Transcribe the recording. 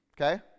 Okay